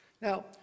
Now